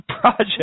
project